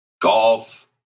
golf